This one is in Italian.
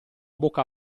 bocca